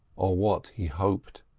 or what he hoped.